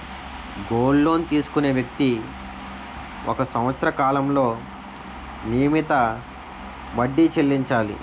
gold loan తీసుకునే వ్యక్తి ఒక సంవత్సర కాలంలో నియమిత వడ్డీ చెల్లించాలి